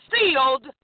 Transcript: sealed